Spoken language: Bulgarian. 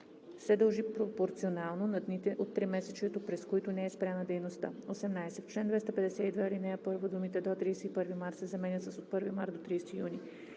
се дължи пропорционално на дните от тримесечието, през които не е спряна дейността.“ 18. В чл. 252, ал. 1 думите „до 31 март“ се заменят с „от 1 март до 30 юни“.